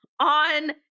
on